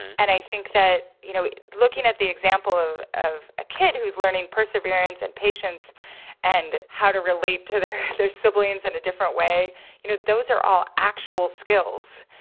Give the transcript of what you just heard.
and i think that, you know, looking at the example of of a kid who's learning perseverance and patience and how to relate to their their siblings in a different way you know, those are all actual skills.